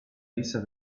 rissa